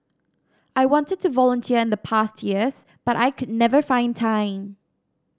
I wanted to volunteer in the past years but I could never find time